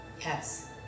Yes